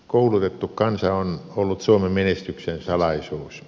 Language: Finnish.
koulutettu kansa on ollut suomen menestyksen salaisuus